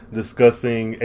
discussing